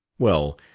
well,